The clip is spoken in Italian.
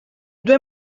due